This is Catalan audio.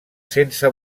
sense